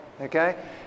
okay